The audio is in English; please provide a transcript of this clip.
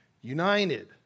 united